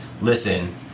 listen